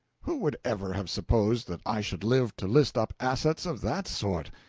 who would ever have supposed that i should live to list up assets of that sort.